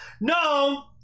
no